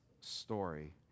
story